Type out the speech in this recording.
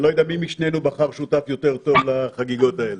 אני לא יודע מי מאיתנו בחר שותף יותר טוב לחגיגות האלה.